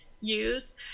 use